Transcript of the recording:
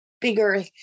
bigger